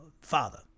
Father